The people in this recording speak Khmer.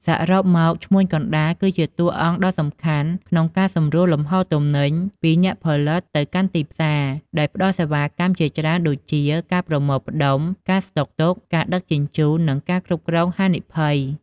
សរុបមក ឈ្មួញកណ្តាលគឺជាតួអង្គដ៏សំខាន់ក្នុងការសម្រួលលំហូរទំនិញពីអ្នកផលិតទៅកាន់ទីផ្សារ ដោយផ្តល់សេវាកម្មជាច្រើនដូចជា ការប្រមូលផ្ដុំ ការស្តុកទុក ការដឹកជញ្ជូន និងការគ្រប់គ្រងហានិភ័យ។